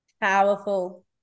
Powerful